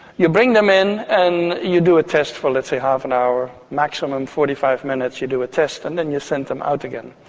you bring them in and you do a test for, let's say, half an hour, maximum forty five minutes, you do a test, and then you send them out again.